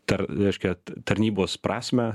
tar reiškia ta tarnybos prasmę